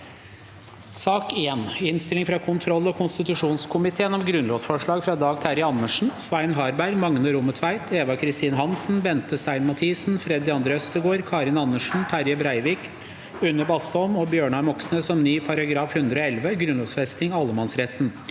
Innstilling fra kontroll- og konstitusjonskomiteen om Grunnlovsforslag fra Dag Terje Andersen, Svein Har- berg, Magne Rommetveit, Eva Kristin Hansen, Bente Stein Mathisen, Freddy André Øvstegård, Karin Ander- sen, Terje Breivik, Une Bastholm og Bjørnar Moxnes om ny § 111 (grunnlovfesting av allemannsretten)